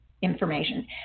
information